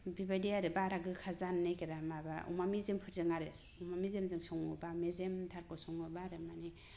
बिबायदि आरो बारा गोखा जानो नागिरा माबा अमा मेजेमफोरजों आरो अमा मेजेमजों सङोब्ला मेजेम थारजों सङोब्ला आरो मानि